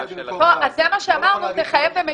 זה בדיוק מה שאמרנו, תחייב במישרין.